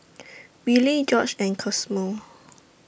Willy Gorge and Cosmo